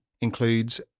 includes